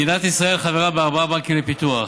מדינת ישראל חברה בארבעה בנקים לפיתוח: